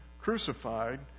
crucified